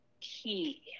key